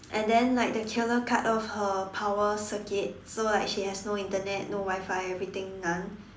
and then like the killer cut off her power circuit so like she has no internet no Wi-Fi everything none